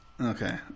Okay